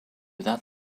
that